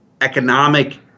economic